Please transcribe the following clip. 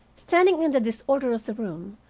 standing in the disorder of the room,